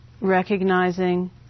recognizing